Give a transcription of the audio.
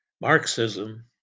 Marxism